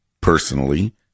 personally